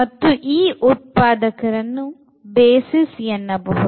ಮತ್ತು ಈ ಉತ್ಪಾದಕರನ್ನು BASIS ಎನ್ನಬಹುದು